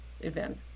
event